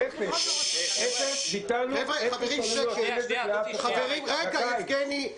אי אפשר לשמוע,